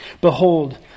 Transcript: Behold